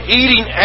eating